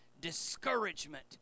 discouragement